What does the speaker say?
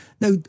Now